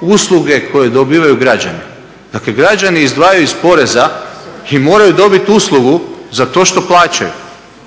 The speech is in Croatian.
usluge koju dobivaju građani. Dakle, građani izdvajaju iz poreza i moraju dobiti uslugu za to što plaćaju,